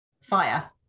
fire